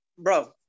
Bro